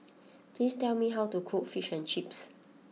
please tell me how to cook Fish and Chips